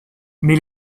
mais